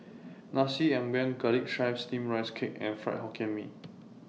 Nasi Ambeng Garlic Chives Steamed Rice Cake and Fried Hokkien Mee